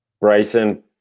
Bryson